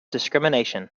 discrimination